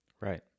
Right